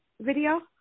video